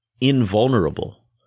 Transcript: invulnerable